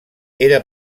era